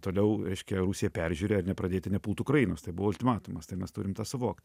toliau reiškia rusija peržiūri ar nepradėti nepult ukrainos tai buvo ultimatumas tai mes turim tą suvokt